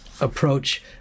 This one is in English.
approach